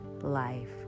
life